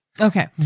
Okay